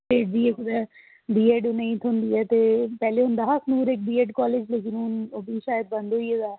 ते बीए कुदै बीएड नेईं थ्होंदी ऐ ते पैह्लें होंदा हा अखनूर इक्क बीएड कॉलेज ते हू'न ओह्बी शैद बंद होई गेदा ऐ